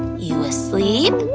you asleep?